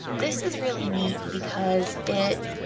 this is really neat because it